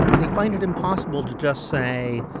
they find it impossible to just say,